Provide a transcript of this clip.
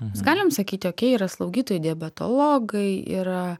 mes galim sakyti okei yra slaugytojai diabetologai yra